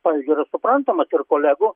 pavyzdžiui yra suprantamas ir kolegų